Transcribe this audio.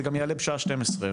וזה גם יעלה בשעה 12:00,